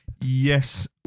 Yes